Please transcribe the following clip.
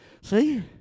See